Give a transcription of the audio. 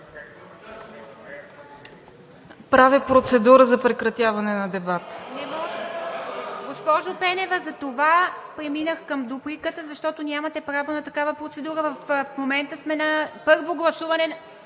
Правя процедура за прекратяване на дебата.